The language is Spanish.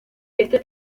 este